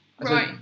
Right